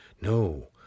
No